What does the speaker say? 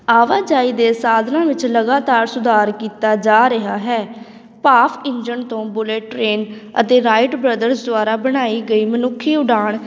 ਆਵਾਜਾਈ ਦੇ ਸਾਧਨਾਂ ਵਿੱਚ ਲਗਾਤਾਰ ਸੁਧਾਰ ਕੀਤਾ ਜਾ ਰਿਹਾ ਹੈ ਭਾਫ ਇੰਜਣ ਤੋਂ ਬੁਲਿਟ ਟਰੇਨ ਅਤੇ ਰਾਈਟ ਬਰਦਰਜ਼ ਦੁਆਰਾ ਬਣਾਈ ਗਈ ਮਨੁੱਖੀ ਉਡਾਨ